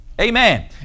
Amen